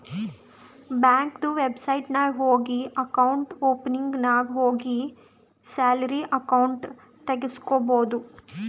ಬ್ಯಾಂಕ್ದು ವೆಬ್ಸೈಟ್ ನಾಗ್ ಹೋಗಿ ಅಕೌಂಟ್ ಓಪನಿಂಗ್ ನಾಗ್ ಹೋಗಿ ಸ್ಯಾಲರಿ ಅಕೌಂಟ್ ತೆಗುಸ್ಕೊಬೋದು